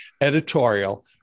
editorial